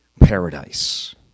paradise